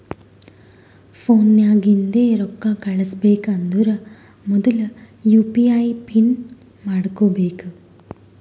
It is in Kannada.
ಫೋನ್ ನಾಗಿಂದೆ ರೊಕ್ಕಾ ಕಳುಸ್ಬೇಕ್ ಅಂದರ್ ಮೊದುಲ ಯು ಪಿ ಐ ಪಿನ್ ಮಾಡ್ಕೋಬೇಕ್